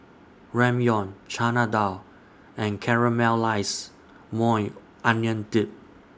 Ramyeon Chana Dal and Caramelized Maui Onion Dip